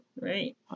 right